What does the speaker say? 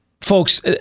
Folks